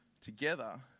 together